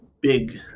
big